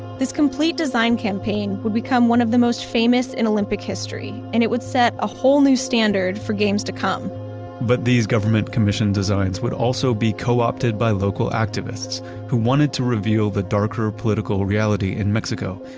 this complete design campaign would become one of the most famous in olympic history, and it would set a whole new standard for games to come but these government commissioned designs would also be co-opted by local activists who wanted to reveal the darker political reality in mexico,